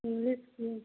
English की